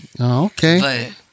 Okay